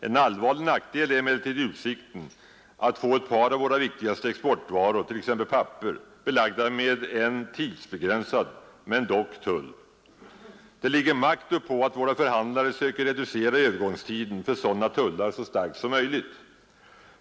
En allvarlig nackdel är emellertid utsikten att få ett par av våra viktigaste exportvaror, t.ex. papper, belagda med en låt vara tidsbegränsad tull. Det ligger makt uppå att våra förhandlare söker reducera övergångstiden för sådana tullar så starkt som möjligt.